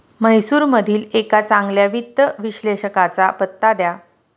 म्हैसूरमधील एका चांगल्या वित्त विश्लेषकाचा पत्ता द्या